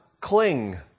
cling